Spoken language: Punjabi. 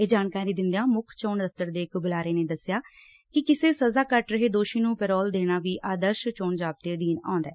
ਇਹ ਜਾਣਕਾਰੀ ਦਿੰਦਿਆ ਮੁੱਖ ਚੋਣ ਦਫਤਰ ਦੇ ਇਕ ਬੁਲਾਰੇ ਨੇ ਦੱਸਿਆ ਕਿ ਕਿਸੇ ਸਜਾ ਕੱਟ ਰਹੇ ਦੋਸ਼ੀ ਨੂੰ ਪੈਰੋਲ ਦੇਣਾ ਵੀ ਆਦਰਸ਼ ਚੋਣ ਜ਼ਾਬਤੇ ਅਧੀਨ ਆਉਂਦੈ